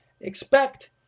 Expect